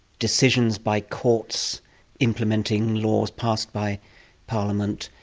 decisions by courts implementing laws passed by parliament,